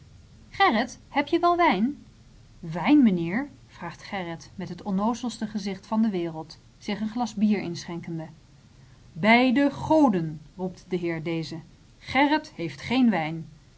heb je wel wijn wijn menheer vraagt gerrit met het onnoozelste gezicht van de wereld zich een glas bier inschenkende bij de goden roept de heer deze gerrit heeft geen wijn